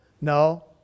no